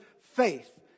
faith